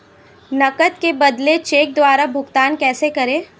नकद के बदले चेक द्वारा भुगतान कैसे करें?